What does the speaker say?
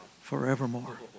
forevermore